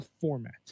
format